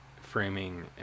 framing